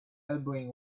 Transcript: elbowing